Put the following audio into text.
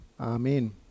Amen